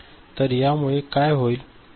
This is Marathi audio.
तर यामुळे काय होईल